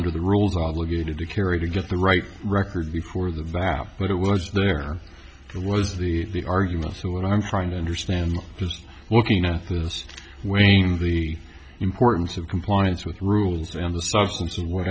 under the rules obligated to carry to get the right record before the vat but it was there was the argument so what i'm trying to understand because looking at this is weighing the importance of compliance with rules and the substance of what